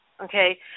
okay